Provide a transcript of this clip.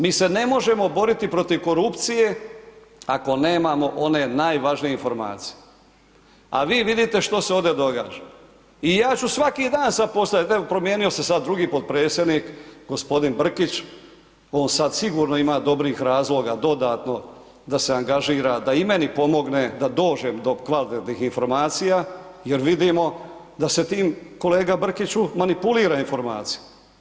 Mi se ne možemo boriti protiv korupcije, ako nemamo one najvažnije informacije, a vidite što se ovdje događa i ja ću svaki dan postavit, evo promijenio se sad drugi potpredsjednik gospodin Brkić, on sad sigurno ima dobrih razloga dodatno da se angažira da i meni pomogne da dođem do kvalitetnih informacija jel vidimo da se tim kolega Brkiću manipulira informacijama.